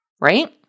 Right